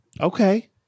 Okay